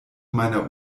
meiner